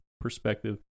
perspective